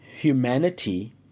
humanity